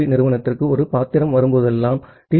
B entity ஒரு character வரும்போதெல்லாம் D